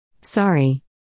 Sorry